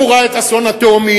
הוא ראה את אסון התאומים,